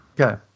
Okay